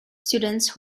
students